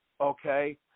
okay